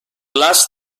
last